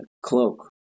cloak